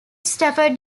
stafford